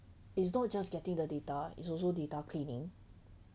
is not just getting the data it's also data cleaning